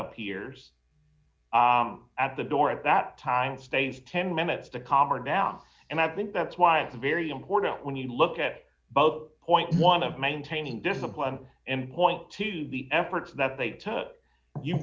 appears at the door at that time stays ten minutes to calm or down and i think that's why it's very important when you look at both point one of maintaining discipline and point to the efforts that they took you